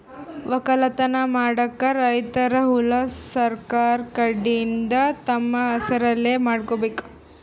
ವಕ್ಕಲತನ್ ಮಾಡಕ್ಕ್ ರೈತರ್ ಹೊಲಾ ಸರಕಾರ್ ಕಡೀನ್ದ್ ತಮ್ಮ್ ಹೆಸರಲೇ ಮಾಡ್ಕೋಬೇಕ್